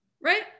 right